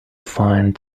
find